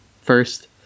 first